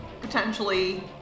potentially